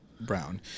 brown